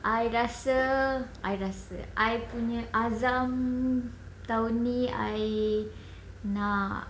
I rasa I rasa I punya azam tahun ni I nak